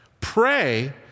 Pray